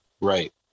Right